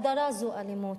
הדרה זו אלימות,